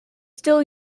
still